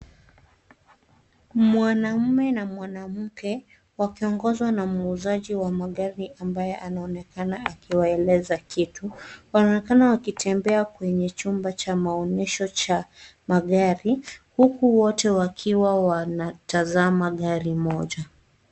Mwanaume na mwanamke wakiongozwa na muuzaji wa magari ambaye anaonekana akiwaelekeza kitu. Wanaonekana wakitembea kwenye chumba cha maonyesho cha magari, huku wote wakiwa wanatazama gari moja.